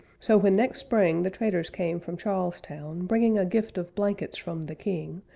so when next spring the traders came from charles town, bringing a gift of blankets from the king,